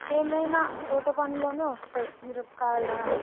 ఏమైనా తోట పనిలోనే వస్తాయి మిరపకాయల